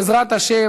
בעזרת השם,